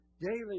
daily